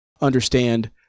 understand